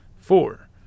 four